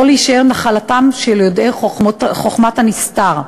שלא יישאר נחלתם של יודעי חוכמת הנסתר.